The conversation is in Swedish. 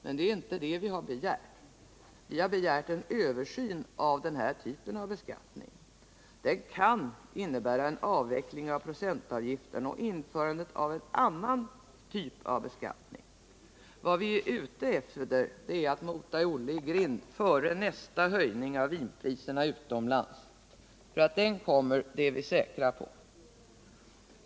Men det är inte detta vi har begärt. Vi har begärt en översyn av den här typen av beskattning. Det kan innebära en avveckling av procentavgiften och införandet av en annan typ av beskattning. Vad vi är ute efter är att mota Olle i grind före nästa höjning av vinpriserna utomlands, för att den kommer är vi säkra på.